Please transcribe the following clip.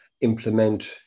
implement